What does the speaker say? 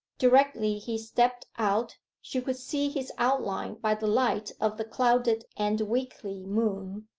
directly he stepped out she could see his outline by the light of the clouded and weakly moon.